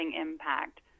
impact